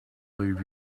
leave